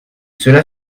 cela